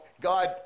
God